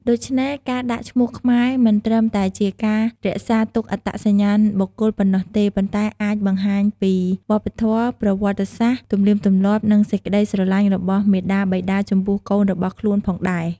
ដូច្នេះការដាក់ឈ្មោះខ្មែរមិនត្រឹមតែជាការរក្សាទុកអត្តសញ្ញាណបុគ្គលប៉ុណ្ណោះទេ ប៉ុន្តែអាចបង្ហាញពីវប្បធម៌ ប្រវត្តិសាស្ត្រ ទំនៀមទម្លាប់ និងសេចក្ដីស្រឡាញ់របស់មាតាបិតាចំពោះកូនរបស់ខ្លួនផងដែរ។